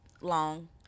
long